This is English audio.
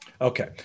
Okay